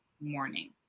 morning